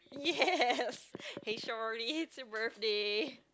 yes hey shawty it's your birthday